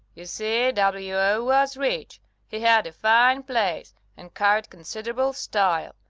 y'see, w o. was rich he had a fine place and carried considerable style.